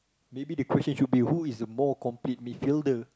maybe the question should be who is more complete mid fielder